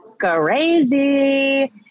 crazy